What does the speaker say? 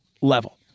level